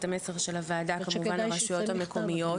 אנחנו נעביר את המסר של הוועדה לרשויות המקומיות,